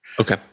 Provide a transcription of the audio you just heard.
Okay